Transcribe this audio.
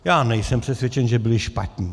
Já nejsem přesvědčen, že byli špatní.